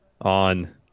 On